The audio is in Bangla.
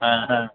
হ্যাঁ হ্যাঁ